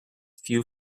few